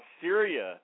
Syria